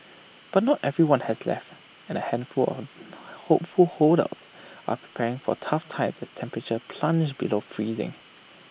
but not everyone has left and A handful on hopeful holdouts are preparing for tough times as temperatures plunge below freezing